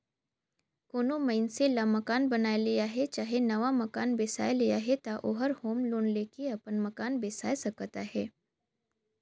कोनो मइनसे ल मकान बनाए ले अहे चहे नावा मकान बेसाए ले अहे ता ओहर होम लोन लेके अपन मकान बेसाए सकत अहे